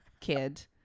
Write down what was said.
kid